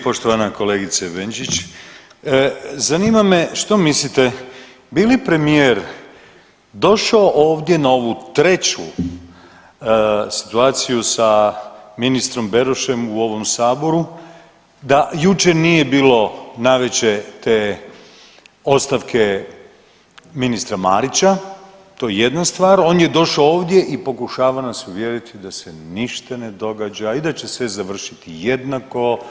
Poštovana kolegice Benčić, zanima me što mislite bi li premijer došao ovdje na ovu treći situaciju sa ministrom Berošem u ovom saboru da jučer nije bilo navečer te ostavke ministra Marića, to je jedna stvar, on je došao ovdje i pokušava nas uvjeriti da se ništa ne događa i da će sve završiti jednako.